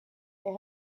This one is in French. est